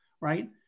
right